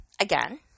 again